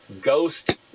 ghost